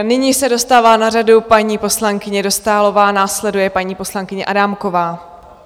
Nyní se dostává na řadu paní poslankyně Dostálová, následuje paní poslankyně Adámková.